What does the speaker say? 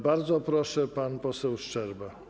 Bardzo proszę, pan poseł Szczerba.